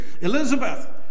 Elizabeth